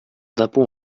d’impôts